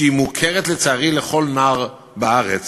שהיא מוכרת לצערי לכל נער בארץ,